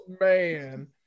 Man